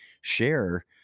share